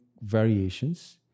variations